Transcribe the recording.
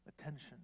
attention